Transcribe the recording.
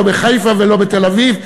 לא בחיפה ולא בתל-אביב,